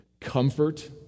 comfort